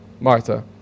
Martha